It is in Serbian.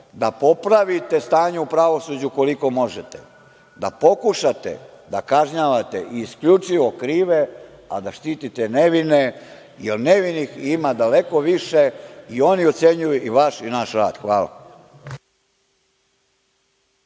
da popravite stanje u pravosuđu koliko možete, da pokušate da kažnjavate isključivo krive, a da štitite nevine, jer nevinih ima daleko više i oni ocenjuju i vaš i naš rad. Hvala.